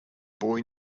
boy